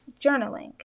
journaling